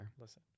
Listen